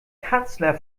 kanzler